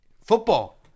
Football